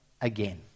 again